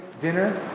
dinner